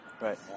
Right